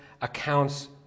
accounts